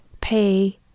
pay